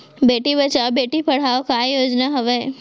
बेटी बचाओ बेटी पढ़ाओ का योजना हवे?